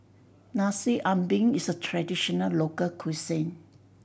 Nasi Ambeng is a traditional local cuisine